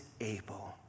able